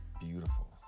beautiful